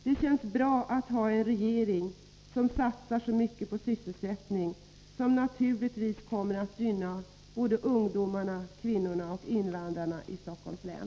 Det känns bra att ha en regering som satsar så mycket på sysselsättningen, vilket naturligtvis kommer att gynna ungdomarna ,kvinnorna och invandrarna i Stockholms län.